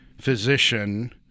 physician